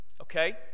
Okay